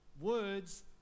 Words